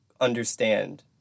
understand